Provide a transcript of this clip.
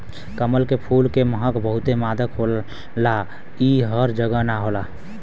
कमल के फूल के महक बहुते मादक होला इ हर जगह ना होला